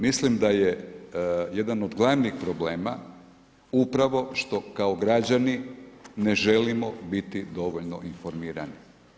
Mislim da je jedan od glavnih problema, upravo što kao građani, ne želimo biti dovoljno informirani.